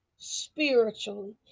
spiritually